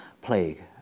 plague